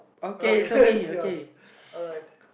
okay let's see how alright